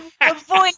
avoid